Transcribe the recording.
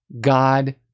God